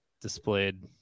displayed